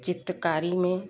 चित्रकारी में